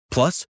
Plus